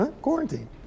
Quarantine